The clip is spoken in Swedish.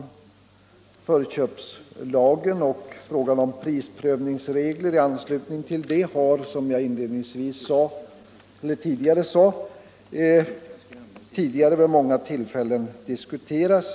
Förköpslagen och prisprövningsreglerna i anslutning till den har, som jag förut sagt, diskuterats vid många tidigare tillfällen.